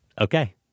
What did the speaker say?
Okay